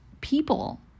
people